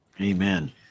amen